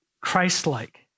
Christ-like